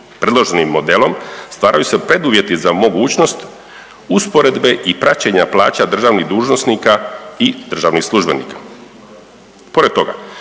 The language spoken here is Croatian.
Predloženim modelom stvaraju se preduvjeti za mogućnost usporedbe i praćenja plaća državnih dužnosnika i državnih službenika. Pored toga,